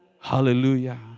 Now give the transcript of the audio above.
Hallelujah